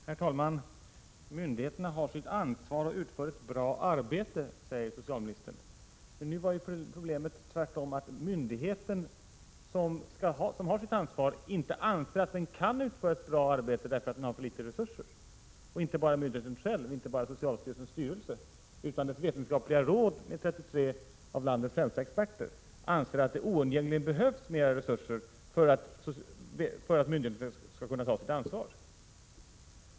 Herr talman! Myndigheterna har sitt ansvar och utför ett bra arbete, säger socialministern. Men problemet är nu tvärtom att den myndighet som har ansvaret inte anser att den kan utföra ett bra arbete därför att den har för litet resurser. Och det är inte bara myndigheten själv, socialstyrelsens styrelse, som anser detta, utan också dess vetenskapliga råd, med 33 av landets främsta experter, som anser att det oundgängligen behövs mer resurser för att myndigheten skall kunna ta sitt ansvar.